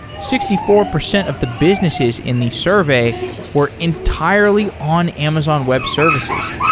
sixty four percent of the businesses in the survey were entirely on amazon web services,